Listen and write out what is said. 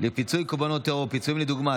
לפיצוי קורבנות טרור (פיצויים לדוגמה),